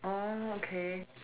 oh okay